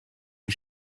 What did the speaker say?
die